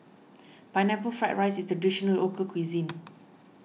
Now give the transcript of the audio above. Pineapple Fried Rice is a Traditional Local Cuisine